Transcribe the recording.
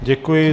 Děkuji.